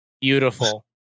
beautiful